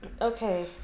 Okay